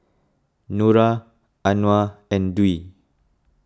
Nura Anuar and Dwi